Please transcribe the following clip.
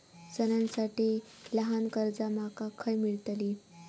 सणांसाठी ल्हान कर्जा माका खय मेळतली?